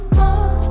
more